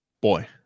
boy